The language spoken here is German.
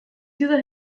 dieser